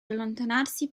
allontanarsi